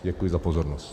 Děkuji za pozornost.